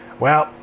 well.